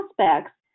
aspects